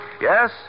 Yes